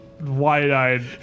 wide-eyed